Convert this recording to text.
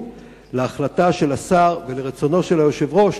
להחלטה של השר ולרצונו של היושב-ראש,